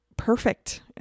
perfect